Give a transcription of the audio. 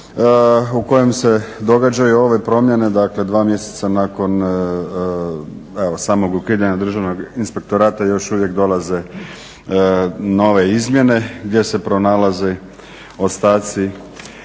u kojem se događaju ove promjene, dakle dva mjeseca nakon samog ukidanja Državnog inspektorata još uvijek dolaze nove izmjene gdje se pronalaze ostaci